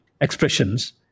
expressions